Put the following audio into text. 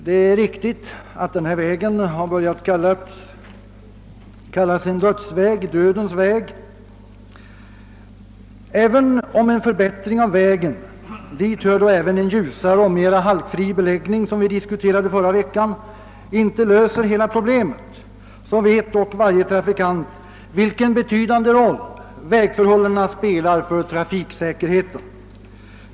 Det är riktigt att denna väg har börjat kallas »Dödens väg». Även om en förbättring av vägen — dit hör även ljusare och mera halkfri beläggning, som vi diskuterade i förra veckan — inte löser hela problemet, så vet varje trafikant vilken betydande roll vägförhållandena spelar för trafiksäkerheten.